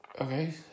Okay